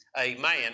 Amen